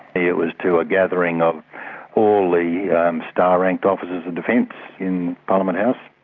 it was to a gathering of all the star-ranked officers of defence in parliament house.